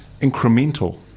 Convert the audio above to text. incremental